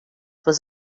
was